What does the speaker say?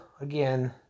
again